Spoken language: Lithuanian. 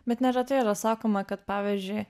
bet neretai yra sakoma kad pavyzdžiui